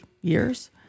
years